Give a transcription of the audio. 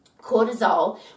cortisol